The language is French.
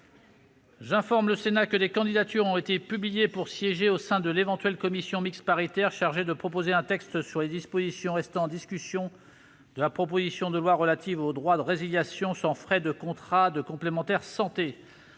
J'informe le Sénat que des candidatures ont été publiées pour siéger au sein de l'éventuelle commission mixte paritaire chargée de proposer un texte sur les dispositions restant en discussion de la proposition de loi relative au droit de résiliation sans frais de contrats de complémentaire santé.